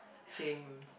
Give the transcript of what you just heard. same